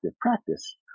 practice